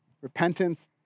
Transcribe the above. repentance